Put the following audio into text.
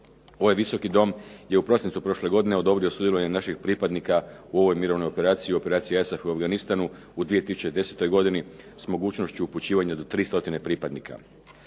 Ovaj Visoki dom je u prosincu prošle godine odobrio sudjelovanje naših pripadnika u ovoj mirovnoj operaciji, u operaciji ISAF u Afganistanu u 2010. godini s mogućnošću upućivanja do 300 pripadnika.